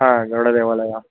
ಹಾಂ ಗರುಡ ದೇವಾಲಯ